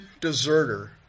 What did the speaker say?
deserter